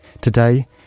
today